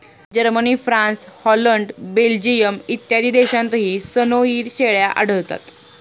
Germany, France, Holland, Belgium इत्यादी देशांतही सनोई शेळ्या आढळतात